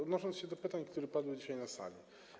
Odniosę się do pytań, które padły dzisiaj na sali.